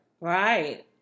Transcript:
right